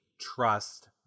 trust